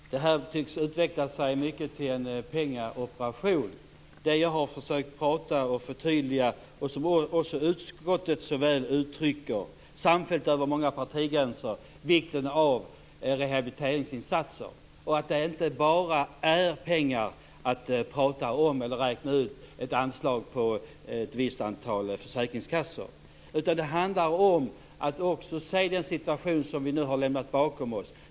Fru talman! Det här tycks utveckla sig till mycket av en pengaoperation. Jag har försökt prata om och förtydliga det som också utskottet, samfällt över många partigränser, så väl uttrycker, nämligen vikten av rehabiliteringsinsatser. Det handlar inte bara om att prata om pengar eller om att räkna ut ett anslag på ett visst antal försäkringskassor, utan det handlar om att också se den situation som vi nu har lämnat bakom oss.